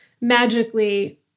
magically